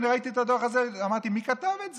אני ראיתי את הדוח הזה ואמרתי: מי כתב את זה?